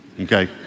Okay